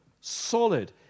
solid